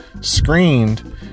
screened